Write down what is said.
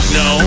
no